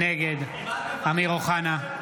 נגד אמיר אוחנה,